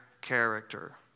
character